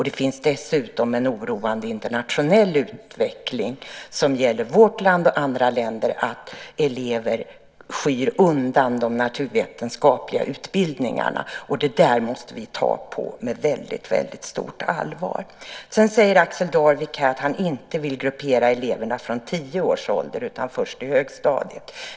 Det finns dessutom en oroande internationell utveckling som gäller vårt land och andra länder, att elever skyr de naturvetenskapliga utbildningarna, och det måste vi ta på väldigt stort allvar. Sedan säger Axel Darvik här att han inte vill gruppera eleverna från 10 års ålder utan först i högstadiet.